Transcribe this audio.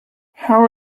how